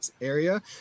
area